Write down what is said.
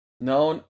known